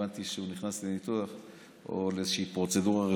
הבנתי שהוא נכנס לניתוח או לאיזושהי פרוצדורה רפואית,